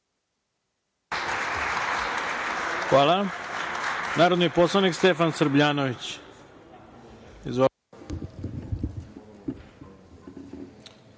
Hvala. Narodni poslanik Stefan Srbljanović.